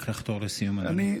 רק לחתור לסיום, אדוני.